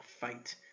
fight